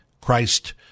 Christ